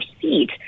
seat